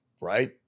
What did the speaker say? right